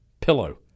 Pillow